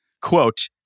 quote